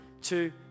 two